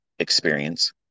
experience